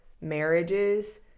marriages